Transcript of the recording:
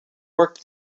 work